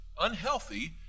unhealthy